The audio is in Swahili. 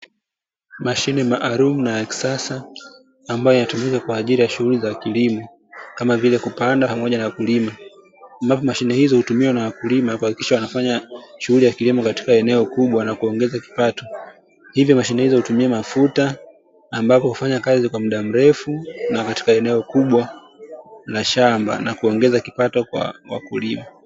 Mashine maalum na ya kisasa, ambayo inayotumika kwa ajili ya shughuli za kilimo kama vile kupanda pamoja na kulima. Ambapo mashine hizo hutumiwa na wakulima kuhakikisha wanafanya shughuli za kilimo katika eneo kubwa na kuongeza kipato, hivyo mashine hizo hutumia mafuta ambapo hufanya kazi kwa muda mrefu na katika eneo kubwa la shamba na kuongeza kipato kwa wakulima.